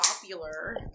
popular